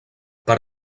per